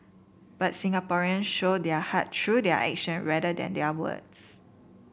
but Singaporeans show their heart through their action rather than their words